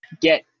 get